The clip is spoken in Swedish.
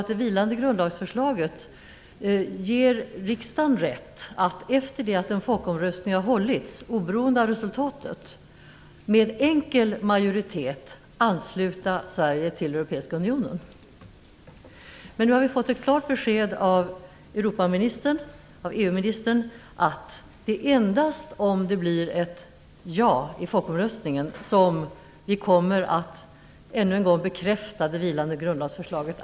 Det vilande grundlagsförslaget ger nämligen riksdagen rätt att efter det att en folkomröstning hållits, oberoende av resultatet, med enkel majoritet ansluta Sverige till Europeiska unionen. Nu har vi fått ett klart besked av Europaministern - EU-ministern - att det är endast om det blir ett ja i folkomröstningen som vi kommer att ännu en gång bekräfta det vilande grundlagsförslaget.